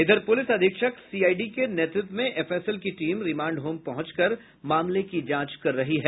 इधर पुलिस अधीक्षक सीआईडी के नेतृत्व में एफएसएल की टीम रिमांड होम पहुंचकर मामले की जांच कर रही है